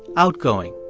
outgoing,